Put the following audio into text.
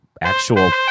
actual